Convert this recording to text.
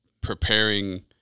preparing